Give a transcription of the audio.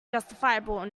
justifiable